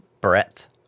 breadth